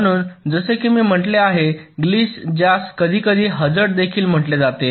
म्हणून जसे की मी म्हटले आहे ग्लिच ज्यास कधीकधी हझार्ड देखील म्हटले जाते